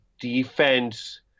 defense